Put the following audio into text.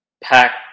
pack